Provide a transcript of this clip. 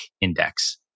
index